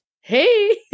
hey